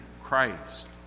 Christ